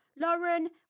Lauren